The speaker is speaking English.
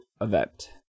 event